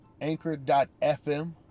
anchor.fm